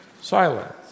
silence